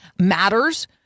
matters